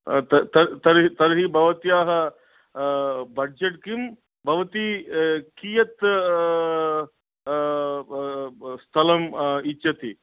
त त तर्हि तर्हि भवत्याः बड्जेट् किं भवती कियत् स्थलं इच्छति